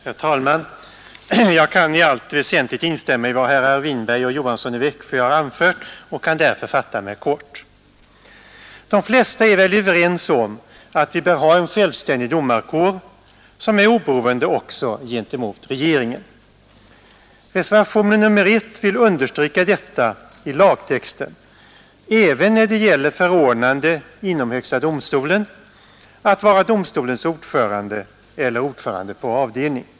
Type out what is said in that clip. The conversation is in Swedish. Herr talman! Jag kan i allt väsentligt instämma i vad herrar Winberg och Johansson i Växjö har anfört och skall därför fatta mig kort. De flesta är väl överens om att vi bör ha en självständig domarkår som är oberoende också gentemot regeringen. Reservationen 1 vill understryka detta i lagtexten även när det gäller förordnande inom HD att vara domstolens ordförande eller ordförande på avdelning.